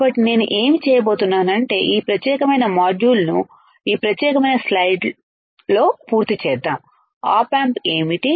కాబట్టి నేను ఏమి చేయబోతున్నానంటే ఈ ప్రత్యేకమైన మాడ్యూల్ను ఈ ప్రత్యేకమైన స్లైడ్లో పూర్తి చేద్దాం ఆప్ ఆంప్ ఏమిటి